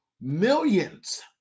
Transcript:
millions